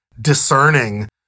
discerning